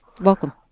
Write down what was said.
Welcome